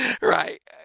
right